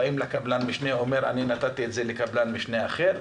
באים לקבלן המשנה והוא אומר: אני נתתי את זה לקבלן משנה אחר.